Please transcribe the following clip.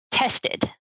tested